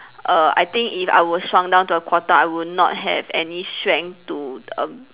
err I think if I were shrunk down to a quarter I would not have any strength to err